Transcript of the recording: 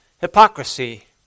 hypocrisy